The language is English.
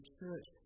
church